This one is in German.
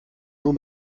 nur